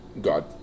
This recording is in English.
God